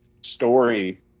story